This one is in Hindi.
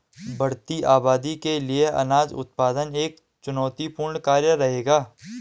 बढ़ती आबादी के लिए अनाज उत्पादन एक चुनौतीपूर्ण कार्य रहेगा